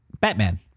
Batman